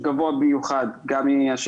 אנחנו עובדים יחד עם הגורמים שציינתי.